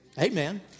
Amen